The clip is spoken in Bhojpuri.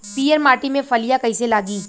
पीयर माटी में फलियां कइसे लागी?